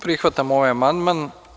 Prihvatam ovaj amandman.